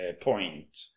point